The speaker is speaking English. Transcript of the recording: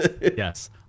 Yes